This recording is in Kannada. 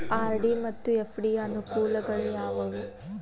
ಆರ್.ಡಿ ಮತ್ತು ಎಫ್.ಡಿ ಯ ಅನುಕೂಲಗಳು ಯಾವವು?